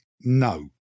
no